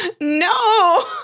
No